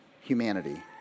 humanity